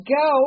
go